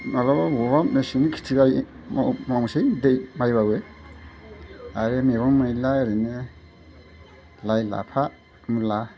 माब्लाबा बबावबा मेसेंनि खिथि गायो मावनोसै दै माइब्लाबो आरो मैगं मैला ओरैनो लाइ लाफा मुला